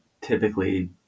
typically